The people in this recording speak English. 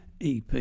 EP